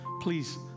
Please